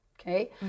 Okay